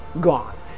gone